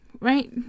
right